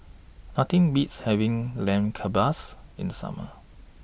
Nothing Beats having Lamb Kebabs in The Summer